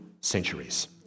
centuries